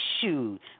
shoot